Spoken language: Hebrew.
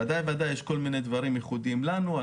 ודאי שיש כל מיני דברים שהם ייחודיים לנו,